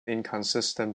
inconsistent